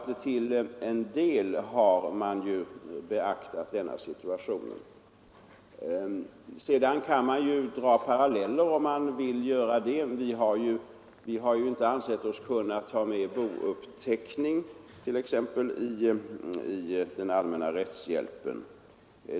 Till en del har alltså denna situation beaktats. Man kan dra paralleller, om man vill göra det. Vi har t.ex. inte ansett oss kunna ta med bouppteckning i den allmänna rättshjälpen.